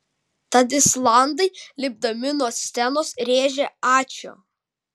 tad islandai lipdami nuo scenos rėžė ačiū